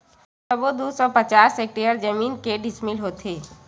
सबो दू सौ पचास हेक्टेयर जमीन के डिसमिल होथे?